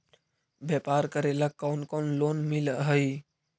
व्यापार करेला कौन कौन लोन मिल हइ?